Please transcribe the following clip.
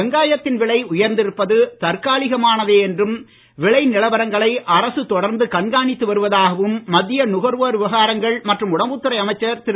வெங்காயத்தின் விலை உயர்ந்திருப்பது தற்காலிகமானது என்றும் விலை நிலவரங்களை அரசு தொடர்ந்து கண்காணித்து வருவதாகவும் மத்திய நுகர்வோர் விவகாரங்கள் மற்றும் உணவுத் துறை அமைச்சர் திரு